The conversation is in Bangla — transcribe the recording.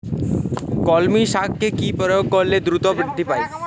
কলমি শাকে কি প্রয়োগ করলে দ্রুত বৃদ্ধি পায়?